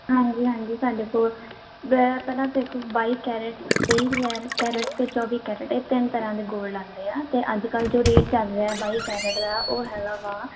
ਹਾਂਜੀ ਹਾਂਜੀ ਸਾਡੇ ਕੋਲ ਬ ਪਹਿਲਾਂ ਦੇਖੋ ਬਾਈ ਕੈਰਟ ਤੇਈ ਹਜ਼ਾਰ ਕੈਰਟ ਅਤੇ ਚੌਵੀ ਕੈਰਟ ਇਹ ਤਿੰਨ ਤਰ੍ਹਾਂ ਦੇ ਗੋਲਡ ਆਉਂਦੇ ਆ ਅਤੇ ਅੱਜ ਕੱਲ੍ਹ ਜੋ ਰੇਟ ਚੱਲ ਰਿਹਾ ਬਾਈ ਕੈਰਟ ਦਾ ਉਹ ਹੈਗਾ ਵਾ